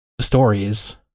stories